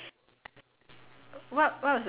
err my turn I think